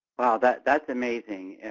that's that's amazing,